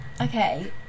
okay